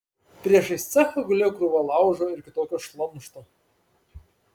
priešais cechą gulėjo krūva laužo ir kitokio šlamšto